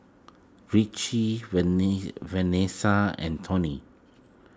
Ricci Venessa and Tony